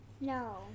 No